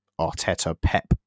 Arteta-Pep